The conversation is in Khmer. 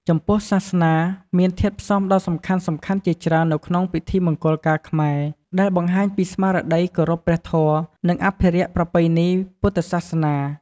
ចំពោះសាសនា មានធាតុផ្សំដ៏សំខាន់ៗជាច្រើននៅក្នុងពិធីមង្គលការខ្មែរ ដែលបង្ហាញពីស្មារតីគោរពព្រះធម៌ និងអភិរក្សប្រពៃណីពុទ្ធសាសនា។